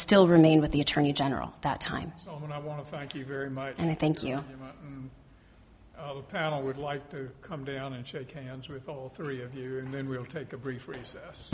still remain with the attorney general that time and i want to thank you very much and i thank you i would like to come down and shake hands with all three of you then we'll take a brief recess